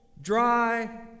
dry